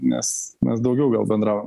nes mes daugiau gal bendravom